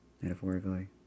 metaphorically